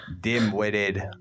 dim-witted